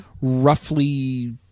roughly